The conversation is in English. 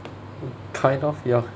kind of ya